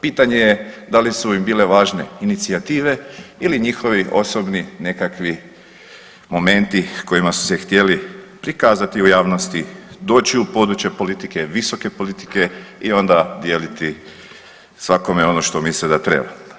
Pitanje je da li su im bile važne inicijative ili njihovi osobni nekakvi momenti kojima su se htjeli prikazati u javnosti, doći u područje politike, visoke politike i onda dijeliti svakome ono što misle da treba.